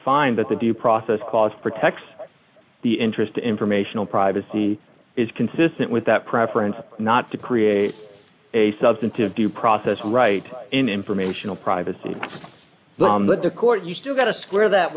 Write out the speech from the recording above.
find that the due process clause protects the interest informational privacy is consistent with that preference not to create a substantive due process right in informational privacy but the court you still got to square that